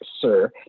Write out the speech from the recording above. sir